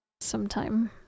sometime